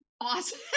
awesome